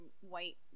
white